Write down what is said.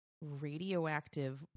radioactive